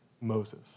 Moses